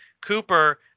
Cooper